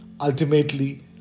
ultimately